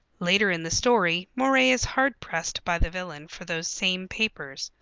later in the story moray is hard-pressed by the villain for those same papers.